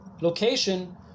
location